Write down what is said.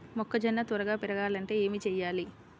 మొక్కజోన్న త్వరగా పెరగాలంటే ఏమి చెయ్యాలి?